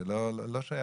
לא מוצא